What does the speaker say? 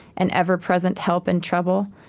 an ever-present help in trouble.